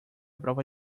prova